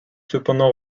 cependant